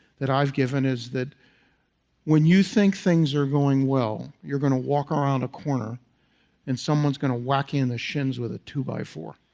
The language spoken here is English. that i've given is that when you think things are going well, you're going to walk around a corner and someone's going to walk in the shins with a two-by-four,